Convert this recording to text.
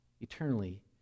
eternally